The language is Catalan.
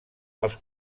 els